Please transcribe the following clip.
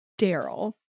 Daryl